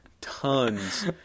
Tons